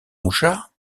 mouchard